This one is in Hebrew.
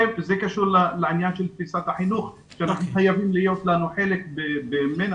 זה קשור לעניין של תפיסת החינוך שאנחנו חייבים להיות חלק ממנה.